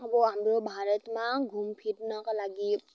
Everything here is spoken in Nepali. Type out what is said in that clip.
अब हाम्रो भारतमा घुमफिर्नका लागि